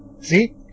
See